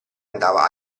andava